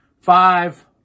five